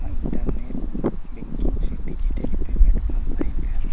internet banking ᱥᱮ digital payment ᱵᱟᱝ ᱛᱟᱦᱮᱱ ᱠᱷᱟᱱ